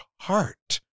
heart